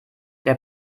der